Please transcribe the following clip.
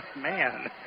Man